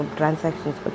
transactions